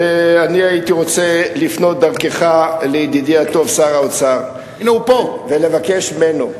לסיכום: אני הייתי רוצה לפנות דרכך אל ידידי הטוב שר האוצר ולבקש ממנו,